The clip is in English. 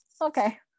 okay